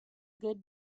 good